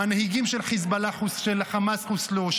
המנהיגים של החמאס חוסלו,